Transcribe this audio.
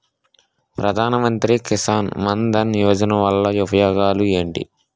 ప్రధాన మంత్రి కిసాన్ మన్ ధన్ యోజన వల్ల ఉపయోగాలు ఏంటి?